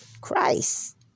Christ